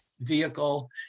vehicle